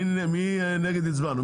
מי נגד, הצבענו.